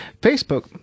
Facebook